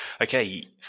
Okay